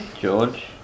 George